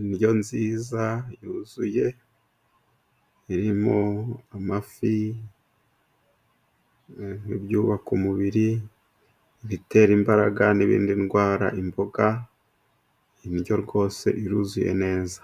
Indyo nziza yuzuye irimo amafi n'ibyubaka umubiri, ibitera imbaraga n'ibirinda indwara imboga indyo rwose iruzuye neza